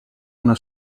una